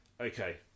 Okay